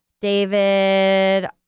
David